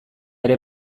ere